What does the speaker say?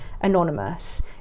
anonymous